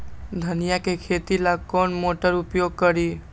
धनिया के खेती ला कौन मोटर उपयोग करी?